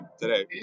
today